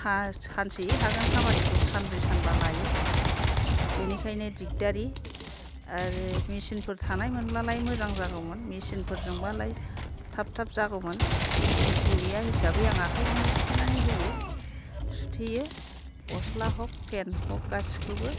सा सानसेयै हागोन खामानिखौ सानब्रै सानबा लायो बेनिखायनो दिगदारि आरो मेचिनफोर थानायमोनब्लालाय मोजां जागौमोन मेचिनफोरजों बालाय थाब थाब जागौमोन मेचिन गैया हिसाबै आं आखाइजोंनो सुथेनानै होयो सुथेयो गस्ला हक पेन हक गासिखौबो